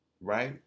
right